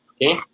Okay